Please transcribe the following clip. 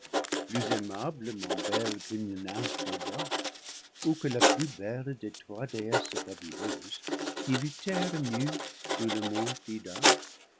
plus aimablement belle qu'une nymphe des bois ou que la plus belle des trois déesses fabuleuses qui luttèrent nues sur le mont